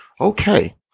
Okay